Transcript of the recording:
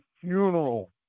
funeral